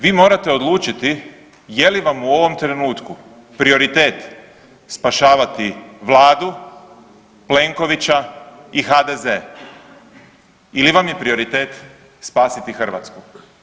Vi morate odlučiti je li vam u ovom trenutku prioritet spašavati Vladu, Plenkovića i HDZ ili vam je prioritet spasiti Hrvatsku.